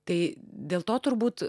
kai dėl to turbūt